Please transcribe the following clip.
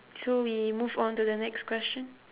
so we move on to the next question